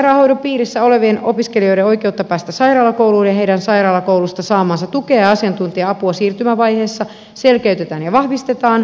erikoissairaanhoidon piirissä olevien opiskelijoiden oikeutta päästä sairaalakouluun ja heidän sairaalakoulusta saamaansa tukea ja asiantuntija apua siirtymävaiheessa selkeytetään ja vahvistetaan